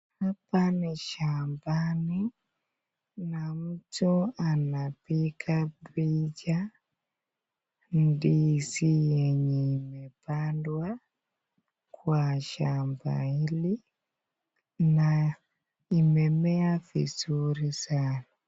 Hapa ni shambani na mtu anapiga picha ndizi yenye imepandwa kwa shamba hili na imemema vizuri sana.